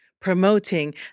Promoting